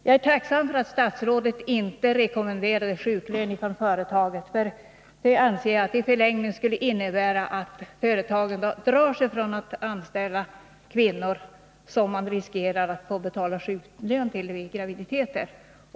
Jag är tacksam för att statsrådet inte rekommenderade en lösning i form av sjuklön från företaget. En sådan skulle i längden innebära att företagen drar sig för att anställa kvinnor för vilka de skulle riskera att behöva betala sjukpenning i samband med graviditeter.